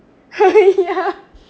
yeah